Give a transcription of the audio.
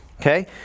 okay